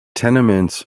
tenements